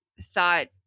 thought